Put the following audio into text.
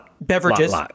beverages